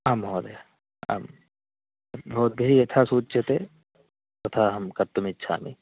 आं महोदय आम् भवद्भिः यथा सूच्यते तथा अहं कर्तुम् इच्छामि